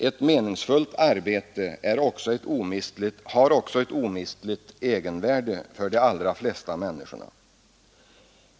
Ett meningsfullt arbete har också ett omistligt egenvärde för de allra flesta människor.